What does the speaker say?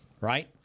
right